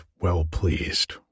well-pleased